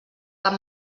cap